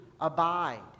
abide